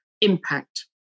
impact